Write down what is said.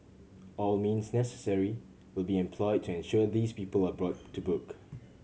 all means necessary will be employed to ensure these people are brought to book